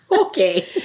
Okay